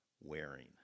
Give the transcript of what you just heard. wearing